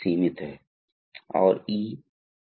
तो यह अलग बात है जो तरल करता है